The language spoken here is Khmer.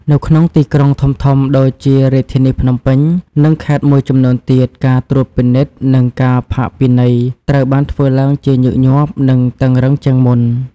នៅក្នុងទីក្រុងធំៗដូចជារាជធានីភ្នំពេញ និងខេត្តមួយចំនួនទៀត ការត្រួតពិនិត្យ និងការផាកពិន័យត្រូវបានធ្វើឡើងជាញឹកញាប់ និងតឹងរ៉ឹងជាងមុន។